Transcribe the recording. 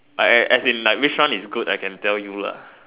I as in like which one is good I can tell you lah